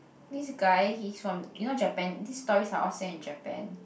this guy he's from you know Japan these stories are all set in Japan